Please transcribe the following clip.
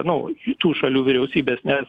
nu jų tų šalių vyriausybės nes